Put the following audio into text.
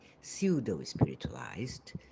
pseudo-spiritualized